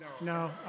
No